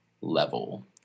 level